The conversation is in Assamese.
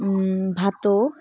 ভাটৌ